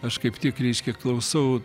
aš kaip tik reiškia klausau